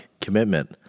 commitment